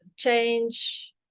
change